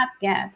get